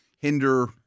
hinder